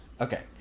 Okay